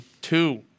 Two